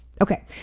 Okay